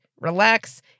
relax